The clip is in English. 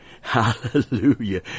Hallelujah